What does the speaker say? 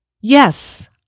yes